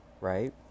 right